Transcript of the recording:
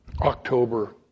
October